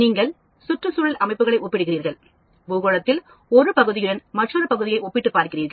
நீங்கள் சுற்றுச்சூழல் அமைப்புகளை ஒப்பிடுகிறீர்கள் பூகோளத்தின் ஒரு பகுதியுடன் மற்றொரு பகுதியை ஒப்பிட்டு பார்க்கிறீர்கள்